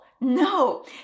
no